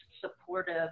supportive